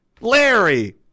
Larry